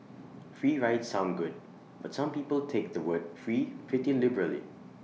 free rides sound good but some people take the word free pretty liberally